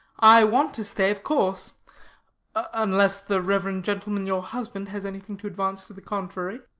i want to stay, of course unless the reverend gentleman, your husband, has anything to advance to the contrary.